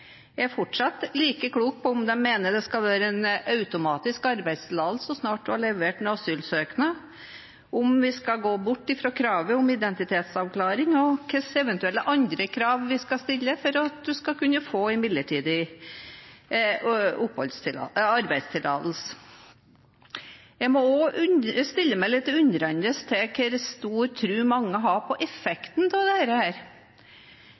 Jeg er fortsatt like klok på om de mener det skal være en automatisk arbeidstillatelse så snart man har levert en asylsøknad, om vi skal gå bort fra kravet om identitetsavklaring, og hvilke eventuelle andre krav vi skal stille for å kunne få en midlertidig arbeidstillatelse. Jeg stiller meg også litt undrende til hvor stor tro mange har på effekten av